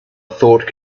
thought